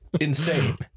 insane